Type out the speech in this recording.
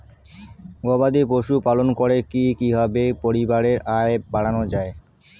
গবাদি পশু পালন করে কি কিভাবে পরিবারের আয় বাড়ানো যায়?